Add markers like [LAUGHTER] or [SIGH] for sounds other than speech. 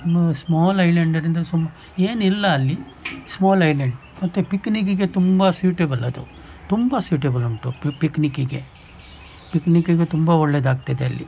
small island [UNINTELLIGIBLE] ಸುಮ್ ಏನಿಲ್ಲ ಅಲ್ಲಿ ಸ್ಮಾಲ್ ಐಲ್ಯಾಂಡ್ ಮತ್ತೆ ಪಿಕ್ನಿಕ್ಕಿಗೆ ತುಂಬ ಸುಯ್ಟೆಬಲ್ ಅದು ತುಂಬ ಸುಯ್ಟೆಬಲ್ ಉಂಟು ಪಿಕ್ನಿಕ್ಕಿಗೆ ಪಿಕ್ನಿಕ್ಕಿಗೆ ತುಂಬ ಒಳ್ಳೇದಾಗ್ತಿದೆ ಅಲ್ಲಿ